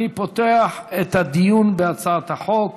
אני פותח את הדיון בהצעת החוק.